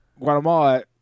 Guatemala